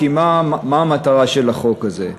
כי אם מה המטרה של החוק הזה.